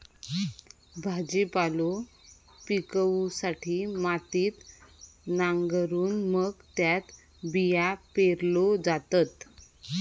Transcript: भाजीपालो पिकवूसाठी मातीत नांगरून मग त्यात बियो पेरल्यो जातत